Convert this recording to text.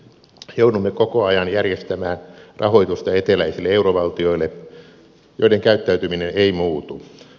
joudumme koko ajan järjestämään rahoitusta eteläisille eurovaltioille joiden käyttäytyminen ei muutu